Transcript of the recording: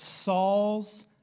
Saul's